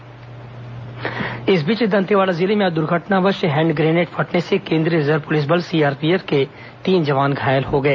जवान घायल इस बीच दंतेवाड़ा जिले में आज दुर्घटनावश हैंड ग्रेनेड फटने से केंद्रीय रिजर्व पुलिस बल सीआरपीएफ के तीन जवान घायल हो गए